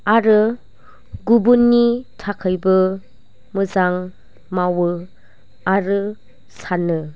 आरो गुबुननि थाखायबो मोजां मावो आरो सानो